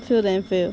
fail then fail